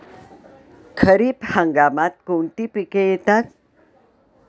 खरीप हंगामात कोणती पिके येतात?